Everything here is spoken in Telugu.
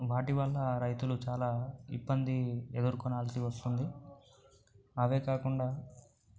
వాటి వల్ల రైతులు చాలా ఇబ్బంది ఎదురు కొనాల్సి వస్తుంది అవే కాకుండా